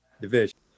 division